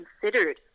considered